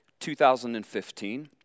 2015